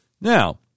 Now